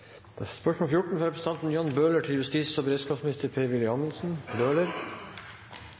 til spørsmålet, fra representanten Lene Vågslid til justis- og beredskapsminister Per-Willy Amundsen.